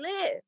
live